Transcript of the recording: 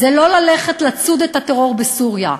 זה לא ללכת לצוד את הטרור בסוריה,